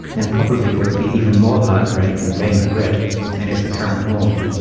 then probably there would be even more heartbreak and vain regret than is the current norm.